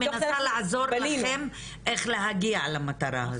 אני מנסה לעזור לכם איך להגיע למטרה הזאת.